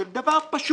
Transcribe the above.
של דבר פשוט,